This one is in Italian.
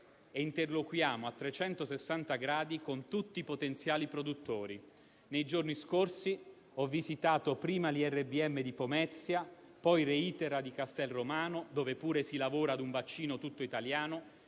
interloquiamo a trecentosessanta gradi con tutti i potenziali produttori. Nei giorni scorsi ho visitato prima l'IRBM di Pomezia, poi ReiThera di Castel Romano, dove pure si lavora a un vaccino tutto italiano,